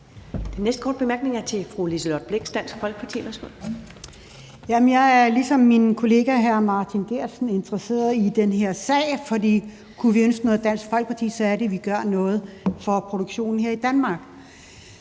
Den næste korte bemærkning er til fru Liselott Blixt, Dansk Folkeparti. Værsgo. Kl. 13:36 Liselott Blixt (DF): Jeg er ligesom min kollega hr. Martin Geertsen interesseret i den her sag, for kunne vi ønske noget i Dansk Folkeparti, er det, at vi gør noget for produktionen her i Danmark.